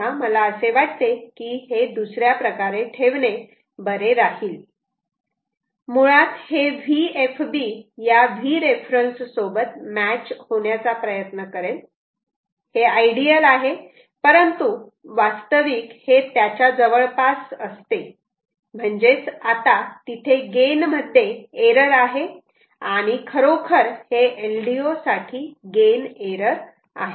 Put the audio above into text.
तेव्हा मला असे वाटते की हे दुसऱ्या प्रकारे ठेवणे बरे राहील मुळात हे VFB या Vref सोबत मॅच होण्याचा प्रयत्न करेल हे आयडियल आहे परंतु वास्तविक हे त्याच्या जवळपास असते म्हणजेच आता तिथे गेन मध्ये एरर आहे आणि खरोखर हे LDO साठी गेन एरर आहे